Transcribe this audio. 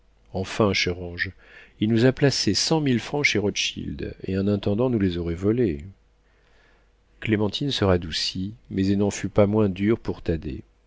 enfin cher ange il nous a placé cent mille francs chez rothschild et un intendant nous les aurait volés clémentine se radoucit mais elle n'en fut pas moins dure pour thaddée